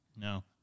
No